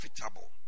profitable